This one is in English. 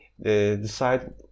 decide